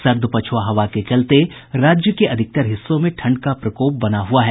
सर्द पछुआ हवा के चलते राज्य के अधिकतर हिस्सों में ठंड का प्रकोप बना हुआ है